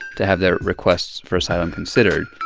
to have their requests for asylum considered